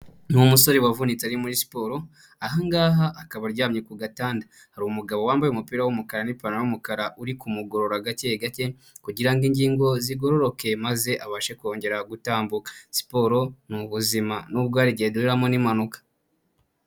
Ni umusore wavunitse ari muri siporo, aha ngaha akaba aryamye ku gatanda. Hari umugabo wambaye umupira w'umukara n'ipantaro y'umukara uri kumugorora gake gake, kugira ngo ingingo zigororoke maze abashe kongera gutambuka, siporo ni ubuzima nubwo hari igihe duhuriramo n'impanuka.